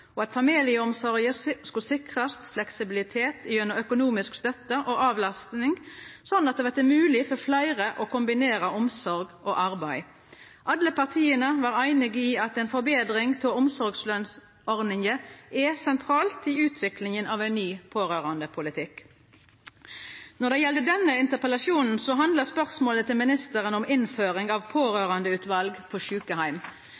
og at familieomsorga skulle sikrast fleksibilitet gjennom økonomisk støtte og avlasting, slik at det vart mogleg for fleire å kombinera omsorg og arbeid. Alle partia var einige i at ei betring av omsorgslønsordninga er sentral i utviklinga av ein ny pårørandepolitikk. Når det gjeld denne interpellasjonen, handlar spørsmålet til ministeren om innføring av pårørandeutval på sjukeheim.